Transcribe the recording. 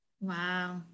wow